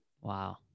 wow